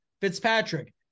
Fitzpatrick